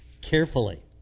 carefully